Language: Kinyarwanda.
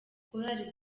korali